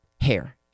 hair